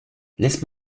laisse